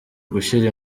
gushyira